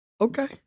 Okay